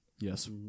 Yes